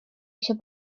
eisiau